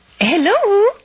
Hello